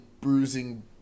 bruising